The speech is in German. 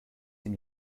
dem